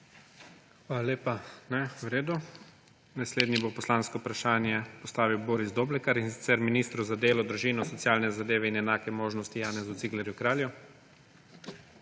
Hvala lepa. Ne? (Ne.) V redu. Naslednji bo poslansko vprašanje postavil Boris Doblekar, in sicer ministru za delo, družino, socialne zadeve in enake možnosti Janezu Ciglerju Kralju.